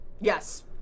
Yes